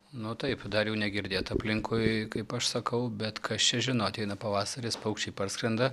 nu taip dar jų negirdėt aplinkui kaip aš sakau bet kas čia žino ateina pavasaris paukščiai parskrenda